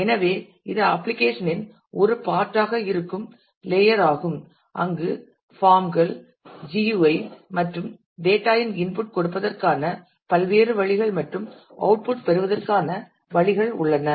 எனவே இது அப்ளிகேஷன் இன் ஒரு பார்ட் ஆக இருக்கும் லேயர் ஆகும் அங்கு பாம் கள் GUIs மற்றும் டேட்டா இன் இன்புட் கொடுப்பதற்கான பல்வேறு வழிகள் மற்றும் அவுட்புட் பெறுவதற்கான வழிகள் உள்ளன